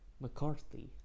McCarthy